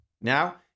Now